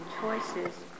choices